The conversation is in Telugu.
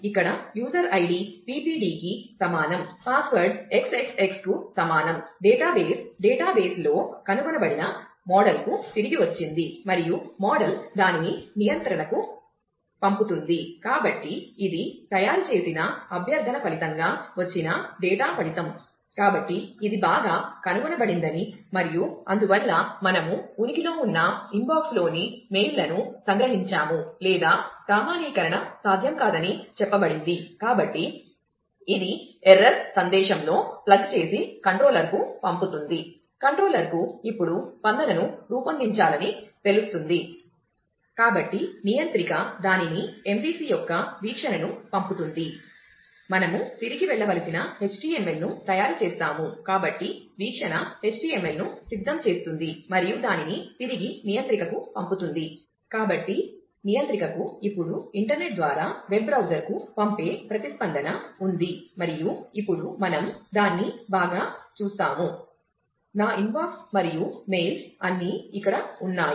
ఇక్కడ యూజర్ ఐడి అన్నీ ఇక్కడ ఉన్నాయి